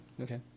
okay